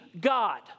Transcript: God